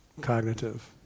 cognitive